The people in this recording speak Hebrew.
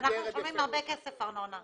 אנחנו משלמים הרבה כסף לארנונה.